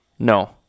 No